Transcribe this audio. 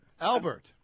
Albert